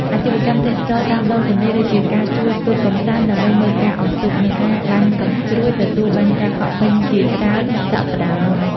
អាជីវកម្មទេសចរណ៍តាមដងទន្លេ ដូចជាការជួលទូកកម្សាន្តដើម្បីមើលការអុំទូក និងការបាញ់កាំជ្រួច ទទួលបានការកក់ពេញជាច្រើនសប្តាហ៍មុន។